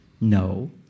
No